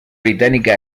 británica